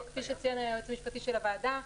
כפי שציין היועץ המשפטי של הוועדה.